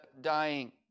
dying